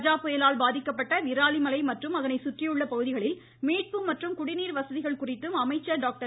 கஜா புயலால் பாதிக்கப்பட்ட விராலிமலை மற்றும் அதனை சுற்றியுள்ள பகுதிகளில் மீட்பு மற்றும் குடிநீர் வசதிகள் குறித்தும் அமைச்சர் டாக்டர்